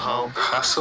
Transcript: Hustle